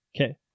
Okay